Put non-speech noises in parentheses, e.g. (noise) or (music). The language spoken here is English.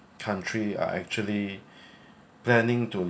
country are actually (breath) planning to